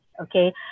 okay